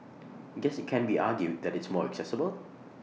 guess IT can be argued that it's more accessible